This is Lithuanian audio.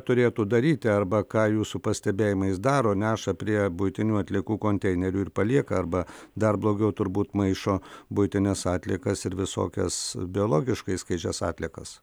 turėtų daryti arba ką jūsų pastebėjimais daro neša prie buitinių atliekų konteinerių ir palieka arba dar blogiau turbūt maišo buitines atliekas ir visokias biologiškai skaidžias atliekas